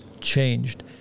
changed